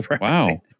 Wow